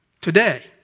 Today